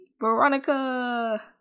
veronica